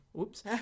oops